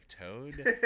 toad